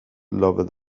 loveth